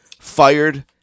fired